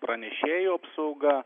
pranešėjų apsauga